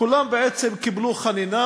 כולם בעצם קיבלו חנינה